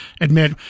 admit